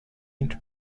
into